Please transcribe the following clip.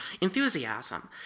enthusiasm